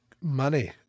money